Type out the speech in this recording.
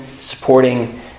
supporting